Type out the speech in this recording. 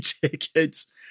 tickets